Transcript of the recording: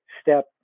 step